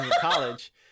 college